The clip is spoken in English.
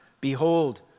behold